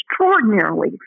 extraordinarily